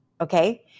okay